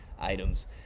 items